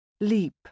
Leap